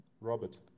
Robert